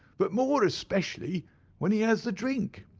but more especially when he has the drink.